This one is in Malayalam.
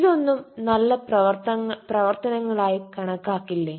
ഇതൊന്നും നല്ല പ്രവർത്തങ്ങളായി കണക്കാക്കില്ലേ